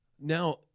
now